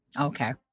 Okay